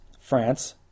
france